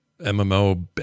MMO